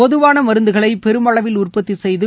பொதுவான மருந்துகளை பெருமளவில் உற்பத்தி செய்து